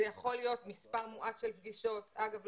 זה יכול להיות מספר מועט של פגישות אגב,